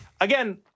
again